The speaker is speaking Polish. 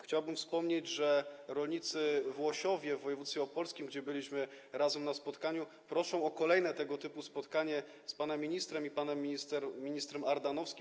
Chciałbym wspomnieć, że rolnicy w Łosiowie w województwie opolskim, gdzie byliśmy razem na spotkaniu, proszą o kolejne tego typu spotkanie z panem ministrem i panem ministrem Ardanowskim.